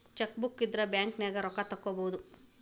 chequebook ಇದ್ರ ಬ್ಯಾಂಕ್ನ್ಯಾಗ ರೊಕ್ಕಾ ತೊಕ್ಕೋಬಹುದು